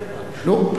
ברור.